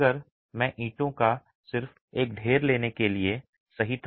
अगर मैं ईंटों का सिर्फ एक ढेर लेने के लिए सही था